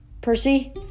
Percy